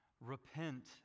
repent